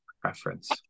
preference